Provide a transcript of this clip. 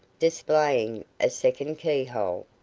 displaying a second key-hole,